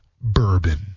Bourbon